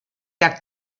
der